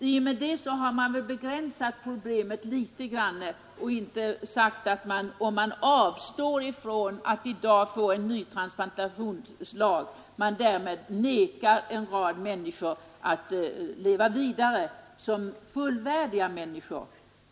I och med det har man begränsat frågan och kan inte påstå att om man avstår från att i dag få en ny transplantationslag förmenar man en rad människor möjligheten att leva vidare som fullvärdiga människor.